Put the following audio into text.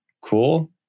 cool